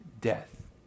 death